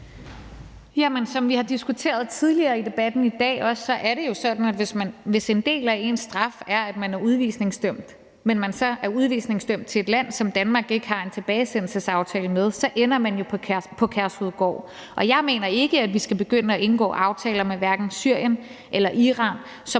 Som vi også har diskuteret tidligere i debatten i dag, er det jo sådan, at hvis en del af ens straf er, at man er udvisningsdømt, men så er udvisningsdømt til et land, som Danmark ikke har en tilbagesendelsesaftale med, så ender man jo på Kærshovedgård. Og jeg mener ikke, at vi skal begynde at indgå aftaler med hverken Syrien eller Iran, som